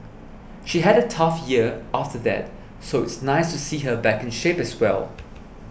she had a tough year after that so it's nice to see her back in shape as well